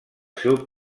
seu